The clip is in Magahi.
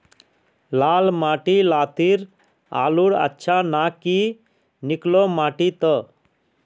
लाल माटी लात्तिर आलूर अच्छा ना की निकलो माटी त?